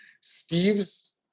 Steve's